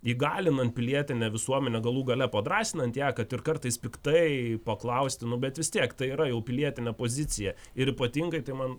įgalinant pilietinę visuomenę galų gale padrąsinant ją kad ir kartais piktai paklausti nu bet vis tiek tai yra jau pilietinė pozicija ir ypatingai tai man